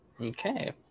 Okay